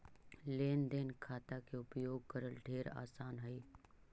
लेन देन खाता के उपयोग करल ढेर आसान हई